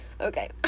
okay